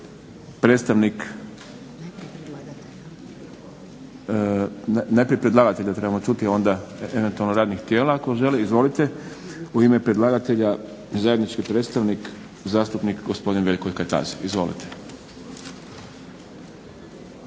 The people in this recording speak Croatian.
sjednici. Najprije predlagatelja trebamo čuti onda eventualno radnih tijela ako žele. Izvolite. U ime predlagatelja zajednički predstavnik zastupnik gospodin Veljko Kajtazi. Izvolite.